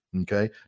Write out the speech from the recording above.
Okay